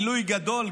עילוי גדול,